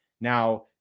Now